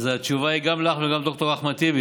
אז התשובה היא גם לך וגם לד"ר אחמד טיבי.